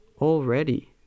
already